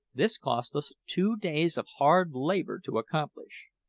this cost us two days of hard labour to accomplish.